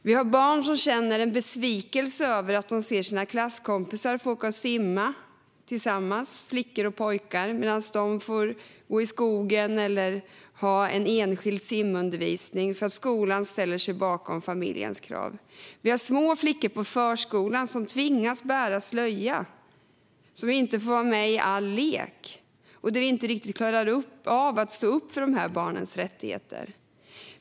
Vi har barn som känner besvikelse över att deras klasskompisar får åka och simma tillsammans, flickor och pojkar, medan de får gå i skogen eller ha enskild simundervisning för att skolan ställer sig bakom familjens krav. Vi har små flickor på förskolan som tvingas bära slöja och som inte får vara med i all lek. Vi klarar inte riktigt av att stå upp för de här barnens rättigheter.